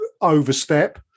overstep